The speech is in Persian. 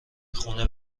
خونه